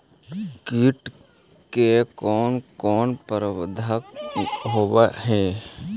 किट के कोन कोन प्रबंधक होब हइ?